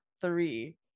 three